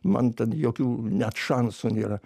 man ten jokių net šansų nėra